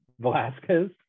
Velasquez